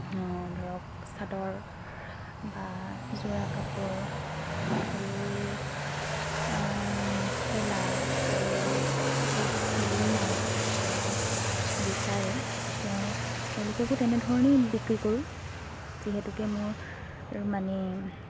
ধৰক চাদৰ বা যোৰা কাপোৰ আৰু মেখেলা আৰু ৰৌ এতিয়া ৰুমাল যেনেকৈ বিচাৰে তেওঁ তেওঁলোককো তেনেধৰণেই বিক্ৰী কৰোঁ যিহেতুকে মোৰ মানে